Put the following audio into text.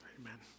Amen